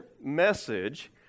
message